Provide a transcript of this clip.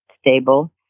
stable